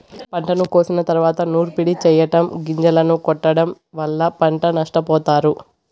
పంటను కోసిన తరువాత నూర్పిడి చెయ్యటం, గొంజలను కొట్టడం వల్ల పంట నష్టపోతారు